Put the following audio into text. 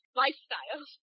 lifestyle